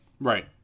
Right